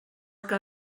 que